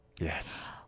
Yes